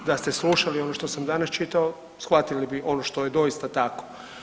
Da ste slušali ono što sam danas čitao, shvatili bi ono što je doista tako.